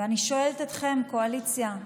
ואני שואלת אתכם, קואליציה: